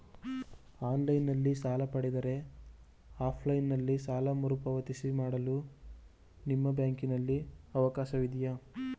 Online ನಲ್ಲಿ ಸಾಲ ಪಡೆದರೆ ಆಫ್ಲೈನ್ ನಲ್ಲಿ ಸಾಲ ಮರುಪಾವತಿ ಮಾಡಲು ನಿಮ್ಮ ಬ್ಯಾಂಕಿನಲ್ಲಿ ಅವಕಾಶವಿದೆಯಾ?